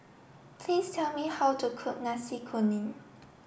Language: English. please tell me how to cook Nasi Kuning